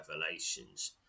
revelations